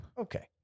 Okay